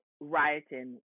rioting